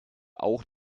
auch